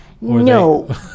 No